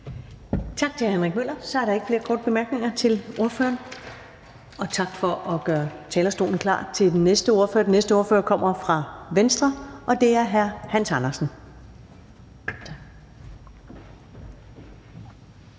Tak til hr. Jacob Jensen. Så er der ikke flere korte bemærkninger til Venstres ordfører. Og tak for lige at gøre talerstolen klar til den næste ordfører. Den næste ordfører kommer fra Dansk Folkeparti, og det er hr. Hans Kristian